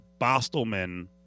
Bostelman